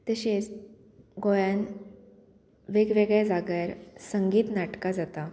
तशेंच गोंयान वेगवेगळ्या जाग्यार संगीत नाटकां जाता